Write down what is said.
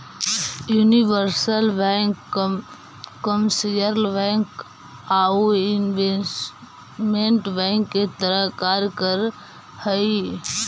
universal bank commercial bank आउ investment bank के तरह कार्य कर हइ